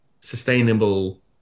sustainable